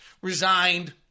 resigned